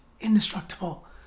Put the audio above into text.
Indestructible